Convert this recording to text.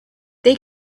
they